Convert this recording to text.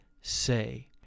say